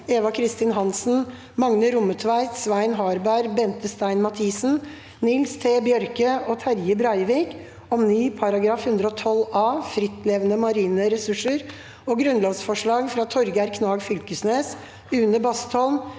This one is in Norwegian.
Eva Kristin Hansen, Magne Rommetveit, Svein Harberg, Bente Stein Mathisen, Nils T. Bjørke og Terje Breivik om ny § 112 a (frittlevende marine ressurser) og Grunnlovsforslag fra Torgeir Knag Fylkesnes, Une Bastholm,